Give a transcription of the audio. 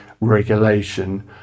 regulation